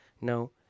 No